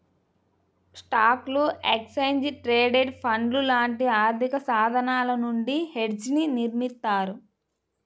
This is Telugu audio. స్టాక్లు, ఎక్స్చేంజ్ ట్రేడెడ్ ఫండ్లు లాంటి ఆర్థికసాధనాల నుండి హెడ్జ్ని నిర్మిత్తారు